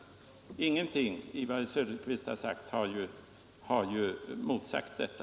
Ingenting av vad herr Söderqvist anfört har motsagt detta.